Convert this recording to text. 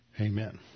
Amen